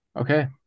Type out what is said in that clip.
Okay